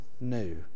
new